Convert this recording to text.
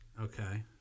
Okay